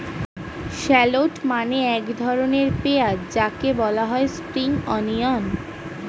shallot মানে এক ধরনের পেঁয়াজ যাকে বলা হয় স্প্রিং অনিয়ন